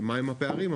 מהם הפערים,